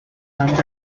under